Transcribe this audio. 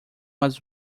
was